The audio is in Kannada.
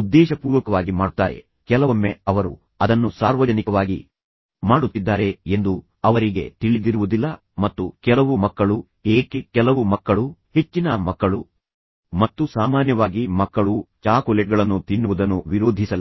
ಉದ್ದೇಶಪೂರ್ವಕವಾಗಿ ಮಾಡುತ್ತಾರೆ ಕೆಲವೊಮ್ಮೆ ಅವರು ಅದನ್ನು ಸಾರ್ವಜನಿಕವಾಗಿ ಮಾಡುತ್ತಿದ್ದಾರೆ ಎಂದು ಅವರಿಗೆ ತಿಳಿದಿರುವುದಿಲ್ಲ ಮತ್ತು ಕೆಲವು ಮಕ್ಕಳು ಏಕೆ ಕೆಲವು ಮಕ್ಕಳು ಹೆಚ್ಚಿನ ಮಕ್ಕಳು ಮತ್ತು ಸಾಮಾನ್ಯವಾಗಿ ಮಕ್ಕಳು ಚಾಕೊಲೇಟ್ಗಳನ್ನು ತಿನ್ನುವುದನ್ನು ವಿರೋಧಿಸಲ್ಲ